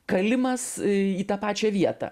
kalimas į tą pačią vietą